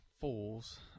fools